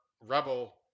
Rebel